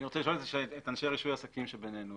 אני רוצה לשאול את אנשי רישוי עסקים שבינינו